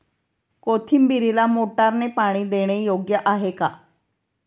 कोथिंबीरीला मोटारने पाणी देणे योग्य आहे का?